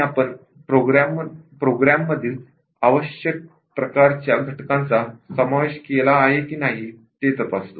आपण प्रोग्राममध्ये आवश्यक प्रकारच्या घटकांचा समावेश केला आहे की नाही ते तपासतो